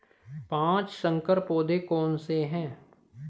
पाँच संकर पौधे कौन से हैं?